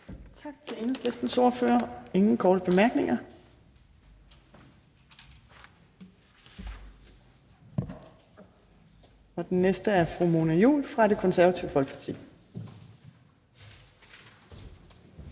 Tak til Enhedslistens ordfører. Der er ingen korte bemærkninger. Den næste ordfører er fru Mona Juul fra Det Konservative Folkeparti.